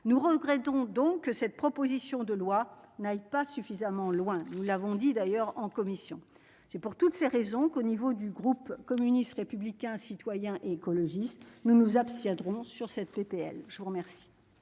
nous regrettons donc que cette proposition de loi n'aille pas suffisamment loin, nous l'avons dit d'ailleurs, en commission, c'est pour toutes ces raisons qu'au niveau du groupe communiste, républicain, citoyen et écologiste, nous nous abstiendrons sur cette PPL je vous remercie.